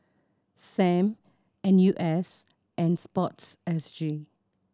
Sam N U S and Sports S G